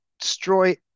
destroy